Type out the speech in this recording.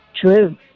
True